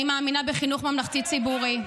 אני מאמינה בחינוך ממלכתי ציבורי.